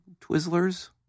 Twizzlers